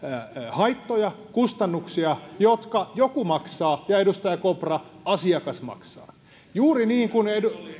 haittoja kustannuksia jotka joku maksaa ja edustaja kopra asiakas maksaa juuri niin kuin